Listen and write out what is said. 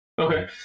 Okay